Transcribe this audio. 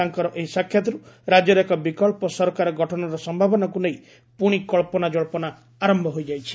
ତାଙ୍କର ଏହି ସାକ୍ଷାତର୍ ରାଜ୍ୟରେ ଏକ ବିକ୍ସ ସରକାର ଗଠନର ସମ୍ଭାବନାକୁ ନେଇ ପୁଣି କ୍ସବନାଜକ୍ଷନା ଆରମ୍ଭ ହୋଇଯାଇଛି